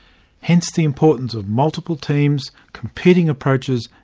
hence the importance of multiple teams, competing approaches,